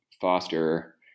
Foster